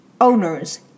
owners